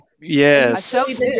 Yes